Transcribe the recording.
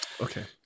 Okay